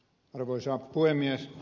arvoisa puhemies